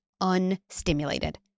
unstimulated